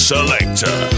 Selector